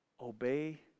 obey